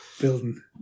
Building